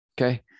Okay